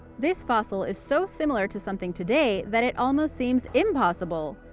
this fossil is so similar to something today, that it almost seems impossible.